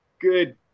good